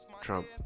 Trump